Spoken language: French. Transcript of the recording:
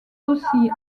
aussi